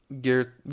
gear